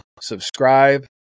subscribe